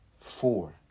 four